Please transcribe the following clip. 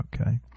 Okay